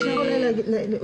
אפשר אולי לבקש,